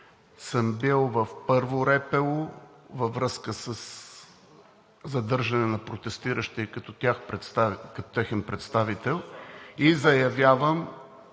съм бил в Първо РПУ, във връзка със задържане на протестиращи, като техен представител и заявявам